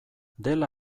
dela